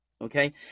Okay